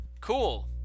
Cool